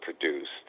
produced